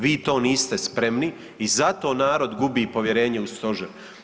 Vi to niste spremni i zato narod gubi povjerenje u Stožer.